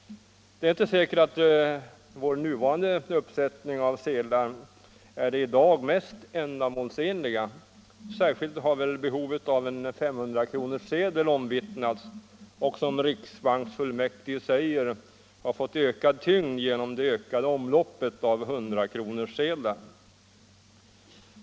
Det är inte säkert att vår nuvarande uppsättning av sedlar är den i dag mest ändamålsenliga. Särskilt har behovet av en 500-kronorssedel omvittnats och, som riksbanksfullmäktige säger. fått större tyngd genom det ökade omloppet av 100-kronorssedlar.